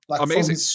Amazing